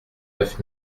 neuf